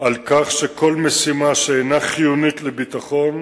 על כך שכל משימה שאינה חיונית לביטחון